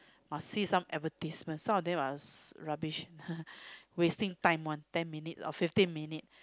must see some advertisements some of them are rubbish wasting time [one] ten minute or fifteen minute